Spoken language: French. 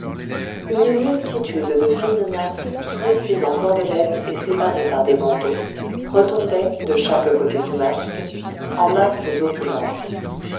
une multitude de fines nattes tressées en cordelettes et séparées par des bandeaux retombaient de chaque côté du masque en masses opulentes